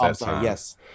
yes